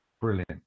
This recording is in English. Brilliant